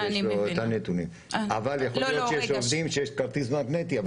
בהחלט יכול להיות שיש עובדים שיש להם כרטיס מגנטי,